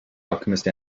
alchemist